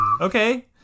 Okay